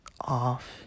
off